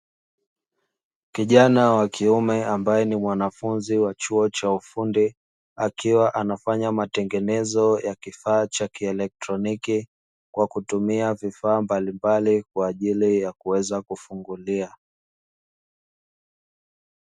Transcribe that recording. Kijana wa kiume ambaye ni mwanafunzi wa chuo cha ufundi akiwa anafanya matengenezo ya kifaa cha kielektroniki kwa kutumia vifaa mbalimbali kwa ajili ya kuweza kufungulia.